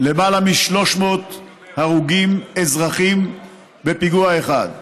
למעלה מ-300 הרוגים אזרחים בפיגוע אחד.